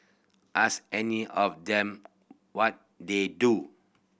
ask any of them what they do